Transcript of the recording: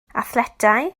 athletau